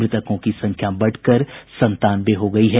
मृतकों की संख्या बढ़कर संतानवे हो गयी है